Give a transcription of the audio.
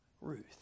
Ruth